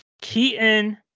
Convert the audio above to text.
Keaton